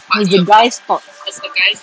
it's the guys' fault